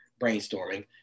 brainstorming